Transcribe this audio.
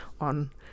on